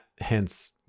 hence